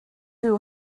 who